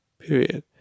Period